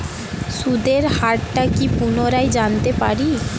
সুদের হার টা কি পুনরায় জানতে পারি?